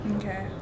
Okay